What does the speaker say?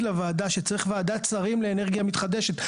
לוועדה שצריך ועדת שרים לאנרגיה מתחדשת.